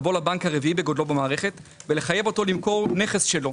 לבוא לבנק הרביעי בגודלו במערכת ולחייב אותו למכור נכס שלו.